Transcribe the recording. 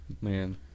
Man